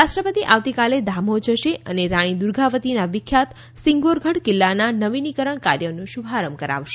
રાષ્ટ્રપતિ આવતીકાલે દામોહ જશે અને રાણી દુર્ગાવતીના વિખ્યાત સિંગોરગઢ કિલ્લાના નવીનીકરણ કાર્યનો શુભારંભ કરાવશે